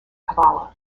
kabbalah